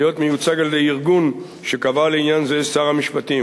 להיות מיוצג על-ידי ארגון שקבע לעניין זה שר המשפטים.